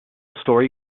story